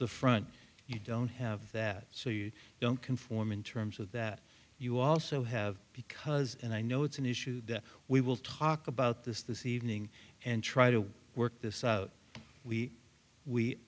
the front you don't have that so you don't conform in terms of that you also have because and i know it's an issue that we will talk about this this evening and try to work this out we we